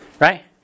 right